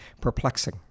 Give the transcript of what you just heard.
perplexing